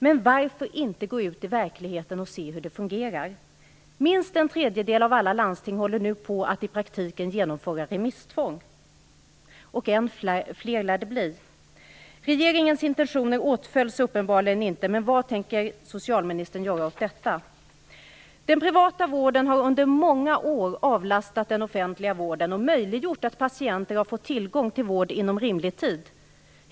Men varför inte gå ut i verkligheten och se hur det fungerar? Minst en tredjedel av alla landsting håller nu på att i praktiken genomföra remisstvång, och än fler lär det bli. Regeringens intentioner följs uppenbarligen inte. Vad tänker socialministern göra åt detta? Den privata vården har under många år avlastat den offentliga vården och möjliggjort att patienter har fått tillgång till vård inom rimlig tid.